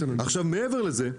מעבר לזה,